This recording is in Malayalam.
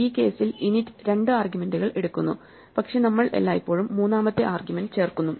ഈ കേസിൽ init രണ്ട് ആർഗ്യുമെന്റുകൾ എടുക്കുന്നു പക്ഷേ നമ്മൾ എല്ലായ്പ്പോഴും മൂന്നാമത്തെ ആർഗ്യുമെന്റ് ചേർക്കുന്നു